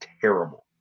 terrible